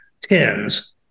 tens